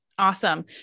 Awesome